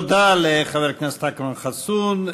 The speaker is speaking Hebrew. תודה לחבר הכנסת אכרם חסון.